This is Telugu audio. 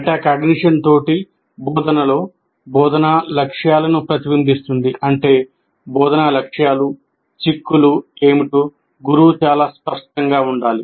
మెటాకాగ్నిషన్తో బోధనలో బోధనా లక్ష్యాలను ప్రతిబింబిస్తుంది అంటే బోధనా లక్ష్యాలు చిక్కులు ఏమిటో గురువు చాలా స్పష్టంగా ఉండాలి